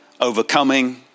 overcoming